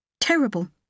Terrible